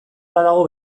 badago